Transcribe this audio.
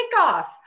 kickoff